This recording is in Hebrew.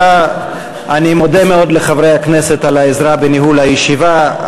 אני מודה מאוד לחברי הכנסת על העזרה בניהול הישיבה.